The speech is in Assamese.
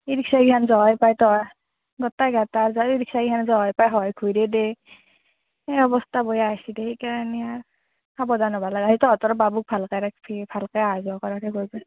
ই ৰিক্সা কেইখন যহেই পায় তহেই গোটেই গাতা ই ৰিক্সাকেইখন যহেই পায় সহেই ঘূৰে দে সেইয়া অৱস্থা বয়া হৈছি দে সেইকাৰণে আৰ সাৱধান হ'বা লাগে তহঁতৰ বাবুক ভালকৈ ৰাখ্বি ভালকৈ আহা যোৱা